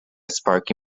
sparky